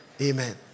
Amen